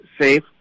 safe